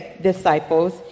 disciples